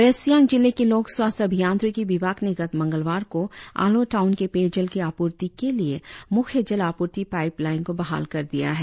waste Siang जिले के लोक स्वास्थ्य अभियांत्रिकी विभाग ने गत मंगलवार को आलो टाउन के पेय जल की आपूर्ति के लिए मुख्य जल आपूर्ती पाईपलाईन को बहाल कर दिया है